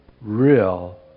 real